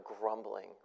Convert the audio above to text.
grumbling